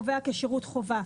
וקובע כשרות חובה,